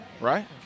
right